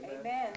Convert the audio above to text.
Amen